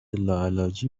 لاعلاجی